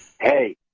Hey